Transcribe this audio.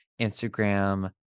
Instagram